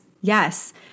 Yes